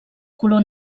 color